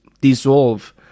dissolve